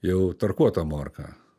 jau tarkuotą morką